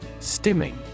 Stimming